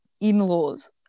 in-laws